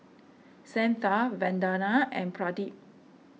Santha Vandana and Pradip